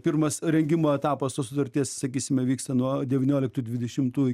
pirmas rengimo etapas tos sutarties sakysime vyksta nuo devynioliktų dvidešimtų